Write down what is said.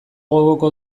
gogoko